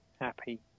Happy